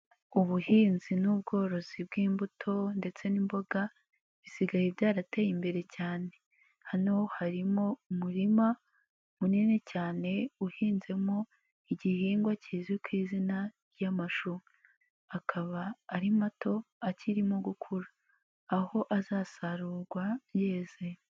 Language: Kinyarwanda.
Ubuhinzi n'ubworozi bw'imbuto ndetse n'imboga bisigaye byarateye imbere cyane, hano harimo umurima munini cyane uhinzemo igihingwa kizwi ku izina ry'amashu, akaba ari mato akirimo gukura aho azasarurwa yeze.